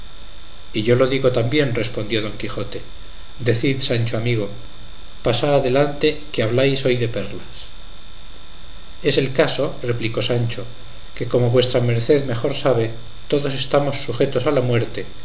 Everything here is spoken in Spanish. y yo lo digo también respondió don quijote decid sancho amigo pasá adelante que habláis hoy de perlas es el caso replicó sancho que como vuestra merced mejor sabe todos estamos sujetos a la muerte